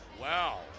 Wow